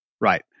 Right